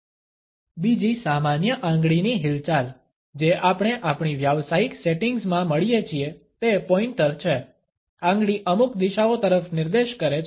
બીજી સામાન્ય આંગળીની હિલચાલ જે આપણે આપણી વ્યાવસાયિક સેટિંગ્સ માં મળીએ છીએ તે પોઇન્ટર છે આંગળી અમુક દિશાઓ તરફ નિર્દેશ કરે છે